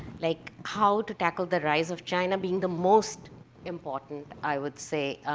like how to tackle the rise of china being the most important, i would say.